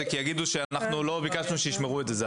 זה כי יגידו שאנחנו לא ביקשנו שישמרו את זה.